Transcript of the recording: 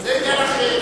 זה עניין אחר.